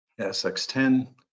SX10